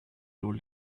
told